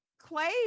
Clay